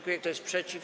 Kto jest przeciw?